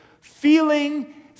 feeling